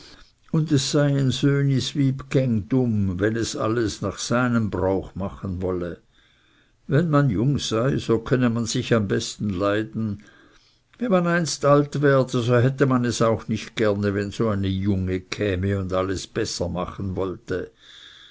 und es sei ein söhniswyb geng dumm wenn es alles nach seinem brauch machen wolle wenn man jung sei so könne man sich am besten leiden wenn man einst alt werde so hätte man es auch nicht gerne wenn so eine junge käme und alles besser machen wollte